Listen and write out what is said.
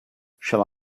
shall